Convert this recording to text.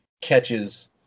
catches